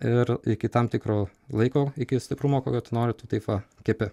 ir iki tam tikro laiko iki stiprumo kokio tu nori tu taip va kepi